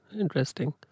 Interesting